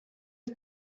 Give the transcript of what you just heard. del